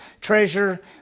treasure